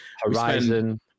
Horizon